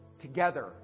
together